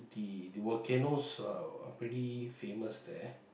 the the volcanoes are are pretty famous there